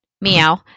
meow